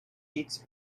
eats